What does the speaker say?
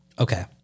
okay